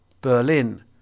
Berlin